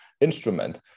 instrument